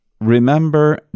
remember